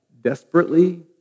desperately